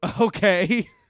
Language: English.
okay